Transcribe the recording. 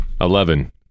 Eleven